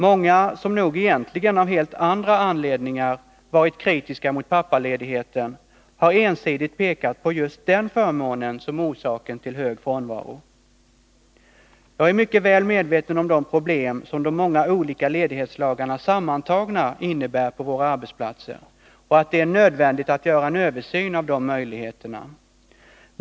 Många, som nog egentligen av helt andra anledningar varit kritiska mot pappaledigheten, har ensidigt pekat på just den förmånen som orsaken till hög frånvaro. Jag är mycket väl medveten om de problem som de många olika ledighetslagarna sammantagna innebär på våra arbetsplatser och förstår att det är nödvändigt att göra en översyn av de möjligheterna.